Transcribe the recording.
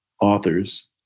authors